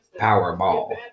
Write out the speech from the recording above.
Powerball